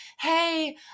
hey